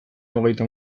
hogeita